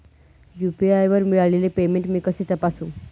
UPI वर मिळालेले payment मी कसे तपासू?